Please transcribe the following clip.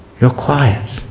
you are quiet.